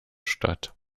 statt